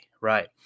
right